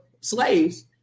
slaves